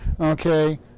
Okay